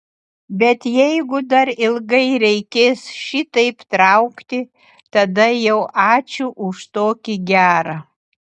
bet jeigu dar ilgai reikės šitaip traukti tada jau ačiū už tokį gerą